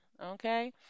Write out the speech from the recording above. Okay